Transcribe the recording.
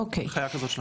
אין חיה כזאת של המל"ג.